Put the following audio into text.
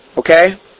Okay